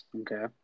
Okay